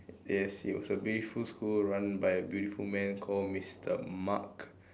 yes it was a beautiful school run by a beautiful man called Mister Mark